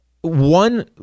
One